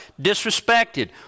disrespected